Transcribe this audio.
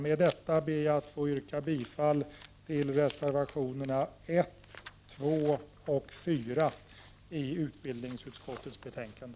Med detta vill jag yrka bifall till reservationerna 1, 2 och 4 i detta utbildningsutskottets betänkande.